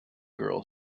girl